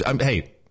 hey